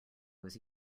was